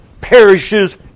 perishes